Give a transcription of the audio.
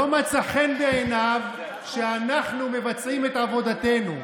לא מצא חן בעיניו שאנחנו מבצעים את עבודתנו.